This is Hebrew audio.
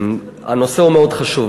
הנושא הוא מאוד חשוב,